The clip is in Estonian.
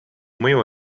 mõju